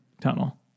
tunnel